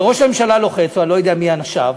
וראש הממשלה או אני לא יודע מי, אנשיו,